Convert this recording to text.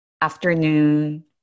afternoon